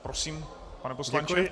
Prosím, pane poslanče.